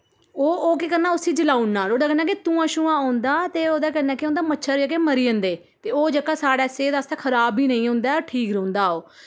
ओह् ओह् केह् करना फ्ही उस्सी जलाई ओड़ना नोहड़े कन्नै की धुआं छुआं औंदा ते ओह्दे कन्नै केह् होंदा मच्छर जेह्के ओह् मरी जन्दे ओह् जेह्ड़ा साढ़े सेहत आस्तै खराब बी नेईं होंदा ठीक रौह्ंदा ऐ ओ